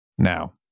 now